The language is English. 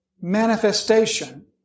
manifestation